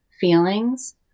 feelings